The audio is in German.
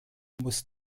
muss